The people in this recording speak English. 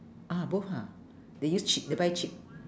ah both ha they use cheap they buy cheap